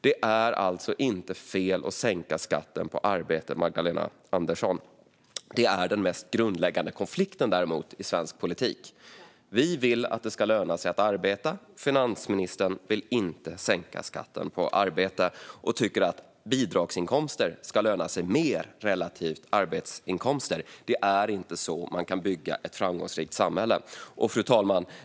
Det är alltså inte fel att sänka skatten på arbete, Magdalena Andersson, men däremot är det den mest grundläggande konflikten i svensk politik. Vi vill att det ska löna sig att arbeta. Finansministern vill inte sänka skatten på arbete och tycker att bidragsinkomster ska löna sig mer relativt arbetsinkomster. Det är inte så man kan bygga ett framgångsrikt samhälle. Fru talman!